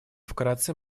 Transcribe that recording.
вкратце